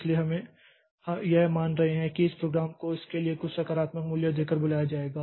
इसलिए हम यह मान रहे हैं कि इस प्रोग्राम को इसके लिए कुछ सकारात्मक मूल्य देकर बुलाया जाएगा